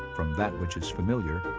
from that which is familiar,